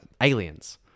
aliens